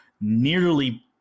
nearly